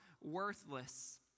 worthless